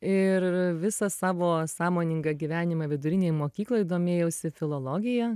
ir visą savo sąmoningą gyvenimą vidurinėj mokykloj domėjausi filologija